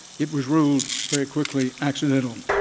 it was ruled, very quickly, accidental.